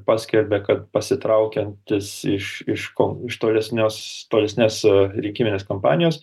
paskelbė kad pasitraukiantis iš iš ko iš tolesnios tolesnės rinkiminės kampanijos